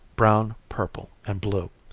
brown, purple and blue,